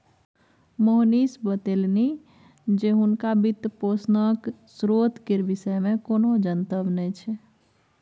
मोहनीश बतेलनि जे हुनका वित्तपोषणक स्रोत केर विषयमे कोनो जनतब नहि छै